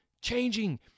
changing